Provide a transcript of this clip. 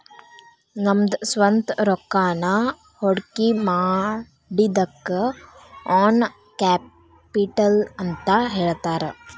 ನಮ್ದ ಸ್ವಂತ್ ರೊಕ್ಕಾನ ಹೊಡ್ಕಿಮಾಡಿದಕ್ಕ ಓನ್ ಕ್ಯಾಪಿಟಲ್ ಅಂತ್ ಹೇಳ್ತಾರ